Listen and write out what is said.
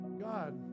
God